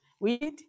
Weed